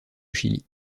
chili